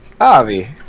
Avi